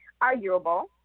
arguable